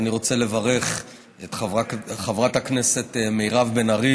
אני רוצה לברך את חברת הכנסת מירב בן ארי